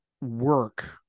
work